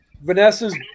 Vanessa's